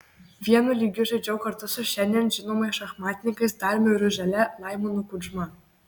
vienu lygiu žaidžiau kartu su šiandien žinomais šachmatininkais dariumi ružele laimonu kudžma